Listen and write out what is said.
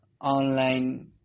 online